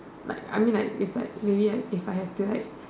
like I mean like if like maybe if I have to like